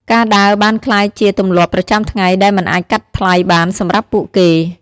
ការដើរបានក្លាយជាទម្លាប់ប្រចាំថ្ងៃដែលមិនអាចកាត់ថ្លៃបានសម្រាប់ពួកគេ។